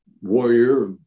warrior